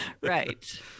Right